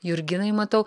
jurginai matau